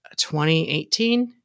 2018